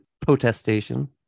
protestation